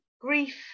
grief